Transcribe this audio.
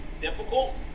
difficult